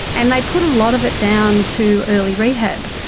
and they put a lot of it down to early rehab.